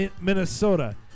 Minnesota